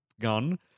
gun